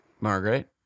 Margaret